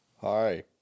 Hi